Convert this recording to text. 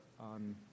on